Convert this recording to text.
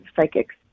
psychics